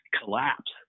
collapse